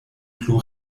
plu